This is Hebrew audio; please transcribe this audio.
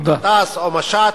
מטס או משט,